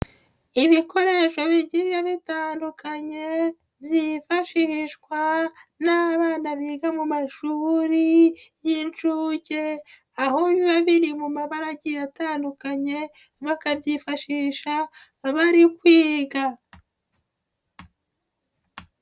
Ibikoresho bigiye bitandukanye byifashishwa n'abana biga mu mashuri y'incuke, aho biba biri mu mabaraki atandukanye, bakabyifashisha bari kwiga.